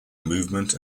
movement